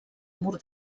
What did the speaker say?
mur